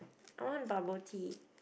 I want bubble tea